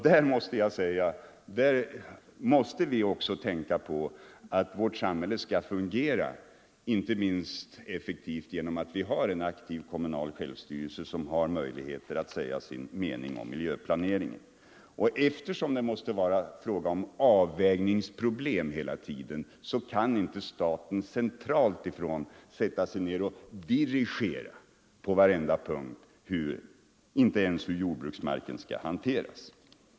Vi måste också tänka på att vårt samhälle skall fungera effektivt, inte minst genom att vi har en aktiv kommunal självstyrelse, som ger kommunerna möjligheter att säga sin mening om miljöplaneringen. Och eftersom det hela tiden måste vara fråga om avvägningsproblem kan inte staten från centralt håll dirigera på varenda punkt — inte ens hur jordbruksmarken skall hanteras.